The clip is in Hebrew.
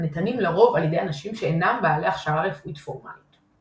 וניתנים לרוב על ידי אנשים שאינם בעלי הכשרה רפואית פורמלית.